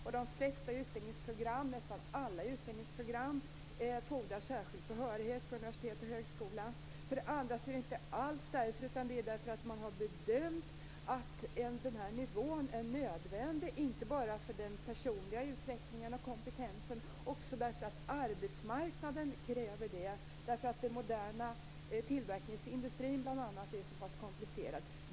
De flesta utbildningsprogram på universitet och högskola - nästan alla - fordrar särskild behörighet. För det andra har man bedömt att denna nivå är nödvändig inte bara för den personliga utvecklingen och kompetensen utan också därför att arbetsmarknaden kräver det. Den moderna tillverkningsindustrin, bl.a., är så pass komplicerad.